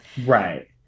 right